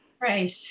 Right